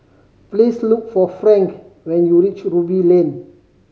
please look for Frank when you reach Ruby Lane